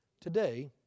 Today